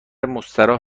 مستراح